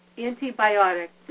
Antibiotics